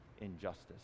injustice